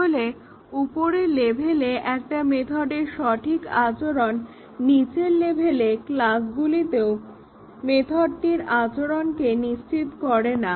তাহলে উপরের লেভেলে একটা মেথডের সঠিক আচরণ নিচের লেভেলের ক্লাসগুলিতেও মেথডটির আচরণকে নিশ্চিত করে না